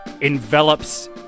envelops